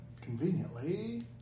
Conveniently